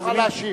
תוכל להשיב.